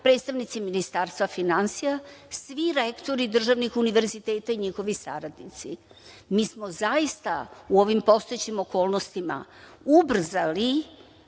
predstavnici Ministarstva finansija, svi rektori državnih univerziteta i njihovi saradnici. Mi smo zaista u ovim postojećim okolnostima ubrzali